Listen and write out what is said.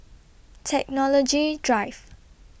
Technology Drive